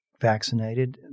vaccinated